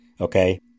Okay